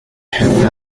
have